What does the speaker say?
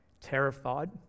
terrified